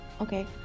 okay